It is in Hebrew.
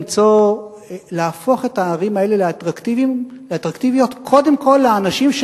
במשפחה שלי לא מפטרים כל כך מהר אנשים.